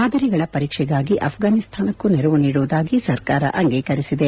ಮಾದರಿಗಳ ಪರೀಕ್ಷೆಗಾಗಿ ಆಫ್ರನಿಸ್ತಾನಕ್ಕೂ ನೆರವು ನೀಡುವುದಾಗಿ ಸರ್ಕಾರ ಅಂಗೀಕರಿಸಿದೆ